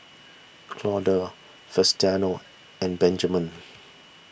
Claude Faustino and Benjamen